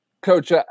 Coach